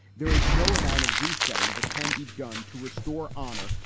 there is no amount of resetting that can be done to restore honor.